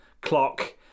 clock